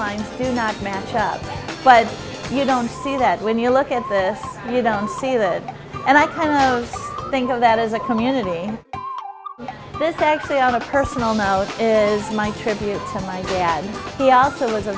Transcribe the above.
lines do not match up but you don't see that when you look at this you don't see that and i kind of think of that as a community mistake say on a personal note as my tribute to my dad he also was a